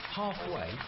halfway